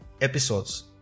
episodes